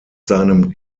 seinem